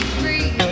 free